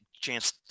chance